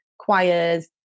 choirs